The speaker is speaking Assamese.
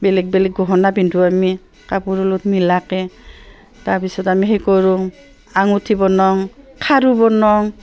বেলেগ বেলেগ গহনা পিন্ধোঁ আমি কাপোৰৰ লগত মিলাকৈ তাৰপিছত আমি সেই কৰোঁ আঙঠি বনাওঁ খাৰু বনাওঁ